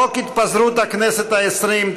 חוק התפזרות הכנסת העשרים,